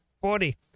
Forty